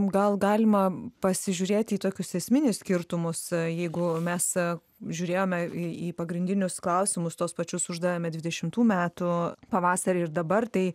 gal galima pasižiūrėt į tokius esminius skirtumus jeigu mes žiūrėjome į į pagrindinius klausimus tuos pačius uždavėme dvidešimtų metų pavasarį ir dabar tai